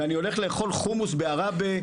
ואני הולך לאכול חומוס בעראבה.